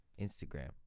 Instagram